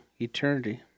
eternity